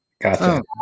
Gotcha